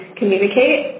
communicate